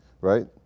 right